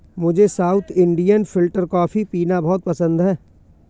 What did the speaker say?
मुझे south Indian filter coffee पीना बहुत पसंद है